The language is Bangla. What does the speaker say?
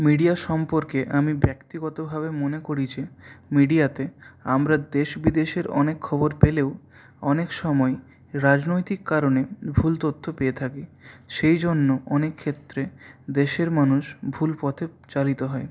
মিডিয়ার সম্পর্কে আমি ব্যাক্তিগতভাবে মনে করি যে মিডিয়াতে আমরা দেশ বিদেশের অনেক খবর পেলেও অনেক সময়েই রাজনৈতিক কারণে ভুল তথ্য পেয়ে থাকি সেইজন্য অনেক ক্ষেত্রে দেশের মানুষ ভুল পথে চালিত হয়